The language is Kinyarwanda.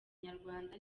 nyarwanda